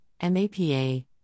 MAPA